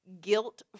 guilt